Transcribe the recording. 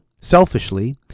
selfishly